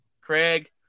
Craig